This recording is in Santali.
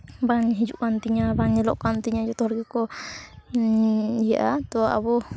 ᱵᱟᱝ ᱦᱤᱡᱩᱜ ᱠᱟᱱ ᱛᱤᱧᱟᱹ ᱵᱟᱝ ᱧᱮᱞᱚᱜ ᱠᱟᱱ ᱛᱤᱧᱟᱹ ᱡᱚᱛᱚ ᱦᱚᱲ ᱜᱮᱠᱚ ᱤᱭᱟᱹᱜᱼᱟ ᱛᱚ ᱟᱵᱚ